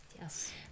Yes